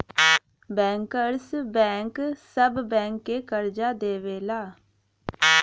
bankers bank सब bank के करजा देवला